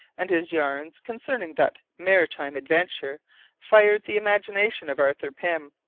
and his yarns concerning that maritime adventure fired the imagination of arthur pym.